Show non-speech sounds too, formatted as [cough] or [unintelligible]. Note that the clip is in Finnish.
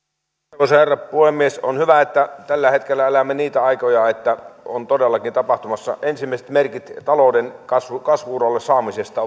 arvoisa herra puhemies on hyvä että tällä hetkellä elämme niitä aikoja että on todellakin tapahtumassa ensimmäiset merkit talouden kasvu kasvu uralle saamisesta [unintelligible]